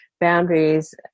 boundaries